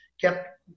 kept